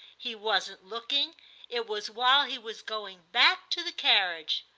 he wasn't looking it was while he was going back to the carriage.